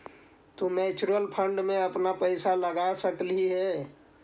तु mutual fund में अपन पईसा लगा सकलहीं हे